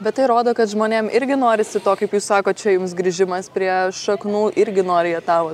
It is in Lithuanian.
bet tai rodo kad žmonėm irgi norisi to kaip jūs sakot čia jums grįžimas prie šaknų irgi nori jie tą vat